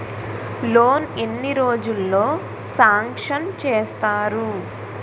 Loan ఎన్ని రోజుల్లో sanction చేస్తారు?